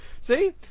See